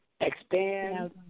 expand